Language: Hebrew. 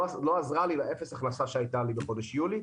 עזרה לי באפס הכנסה שהייתה לי בחודש יולי.